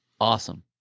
awesome